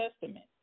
Testament